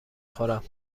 خورم